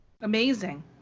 amazing